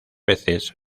veces